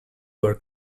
were